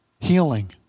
healing